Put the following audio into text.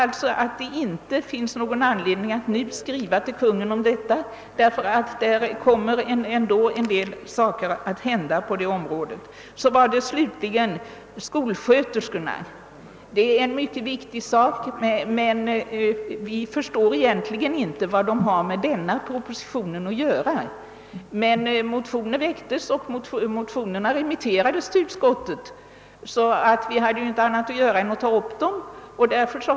Vi anser att det inte nu finns någon anledning att skriva till Kungl. Maj:t i denna fråga, eftersom ändå en del saker kommer att hända på detta område. En mycket viktig fråga gäller också skolsköterskorna, men vi förstår egentligen inte vad den har med förevarande proposition att göra. Motioner väcktes emellertid, som remitterades till utskottet, och vi hade därför inte annat att göra än att ta upp dem till behandling.